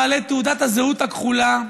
בעלי תעודת הזהות הכחולה,